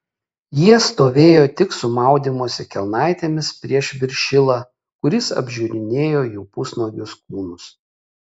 jie stovėjo tik su maudymosi kelnaitėmis prieš viršilą kuris apžiūrinėjo jų pusnuogius kūnus